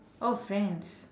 oh friends